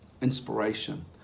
inspiration